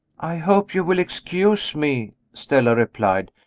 i hope you will excuse me, stella replied.